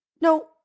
No